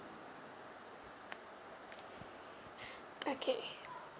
okay